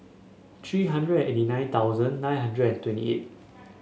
three hundred eighty nine thousand nine hundred and twenty eight